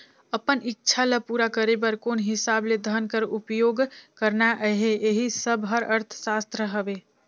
अपन इक्छा ल पूरा करे बर कोन हिसाब ले धन कर उपयोग करना अहे एही सब हर अर्थसास्त्र हवे